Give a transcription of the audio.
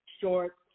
short